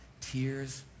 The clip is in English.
tears